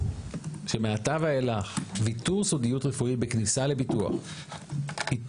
שמעתה ואיך ויתור סודיות רפואית בכניסה לביטוח יתפוס